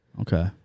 Okay